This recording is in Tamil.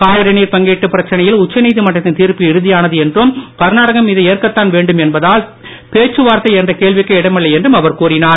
காவிரி நீர் பங்கீட்டு பிரச்சனையில் உச்சநீதிமன்றத்தின் தீர்ப்பு இறுதியானது என்றும் கர்நாடகம் இதை ஏற்கத்தான் வேண்டும் என்பதால் பேச்சுவார்த்தை என்ற கேள்விக்கே இடமில்லை என்றும் அவர் கூறினார்